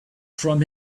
from